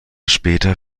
später